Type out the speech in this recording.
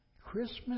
Christmas